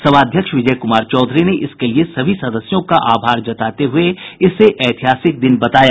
सभाध्यक्ष विजय कुमार चौधरी ने इसके लिये सभी सदस्यों का आभार जताते हुए इसे ऐतिहासिक दिन बताया